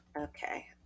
okay